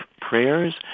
prayers